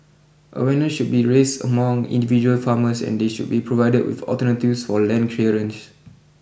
awareness should be raised among individual farmers and they should be provided with alternatives for land clearance